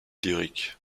lyrique